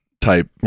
type